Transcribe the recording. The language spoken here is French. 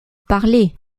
parler